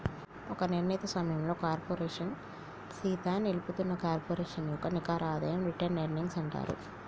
ఒక నిర్ణీత సమయంలో కార్పోరేషన్ సీత నిలుపుతున్న కార్పొరేషన్ యొక్క నికర ఆదాయం రిటైర్డ్ ఎర్నింగ్స్ అంటారు